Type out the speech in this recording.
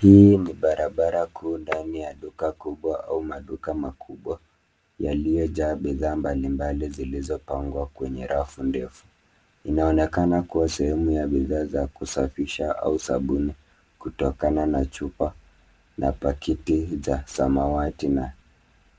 Hii ni barabara kuu ndani ya duka kubwa au maduka makubwa, yaliyojaa bidhaa mbalimbali zilizopangwa kwenye rafu ndefu. Inaonekana kuwa sehemu ya bidhaa za kusafisha au sabuni, kutokana na chupa, na pakiti za samawati na